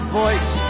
voice